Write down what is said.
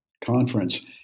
conference